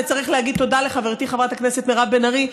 וצריך לומר תודה לחברתי חברת הכנסת מירב בן ארי,